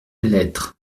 lettres